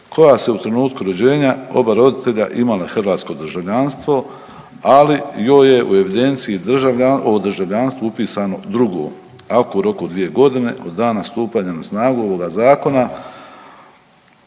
kojoj su u trenutku rođenja oba roditelja imale hrvatsko državljanstvo, ali joj je u evidenciji o državljanstvu upisano drugo, ako u roku od dvije godine od dana stupanja na snagu ovoga zakona